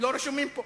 הם לא רשומים פה.